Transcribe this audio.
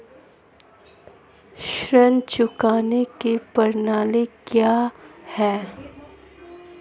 ऋण चुकाने की प्रणाली क्या है?